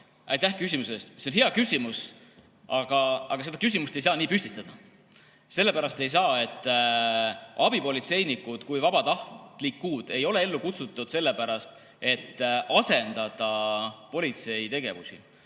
Aitäh küsimuse eest! See on hea küsimus, aga seda küsimust ei saa nii püstitada. Sellepärast ei saa, et abipolitseinikud kui vabatahtlikud ei ole ellu kutsutud sellepärast, et asendada politsei tegevust,